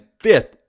fifth